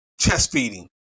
chestfeeding